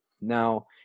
Now